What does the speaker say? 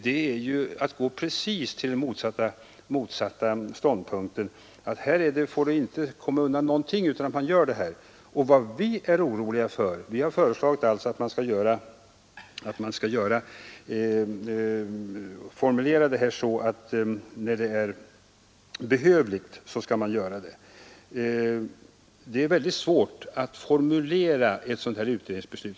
Det är ju att gå till den rakt motsatta ståndpunkten. Man får alltså knappast i något fall underlåta att fatta beslut om utredning. Vi har föreslagit att man skall formulera regeln så att utredningsbeslut skall fattas när så är behövligt Det är mycket svårt att formulera ett utredningsbeslut av ifrågavarande slag.